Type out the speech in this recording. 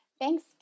Thanks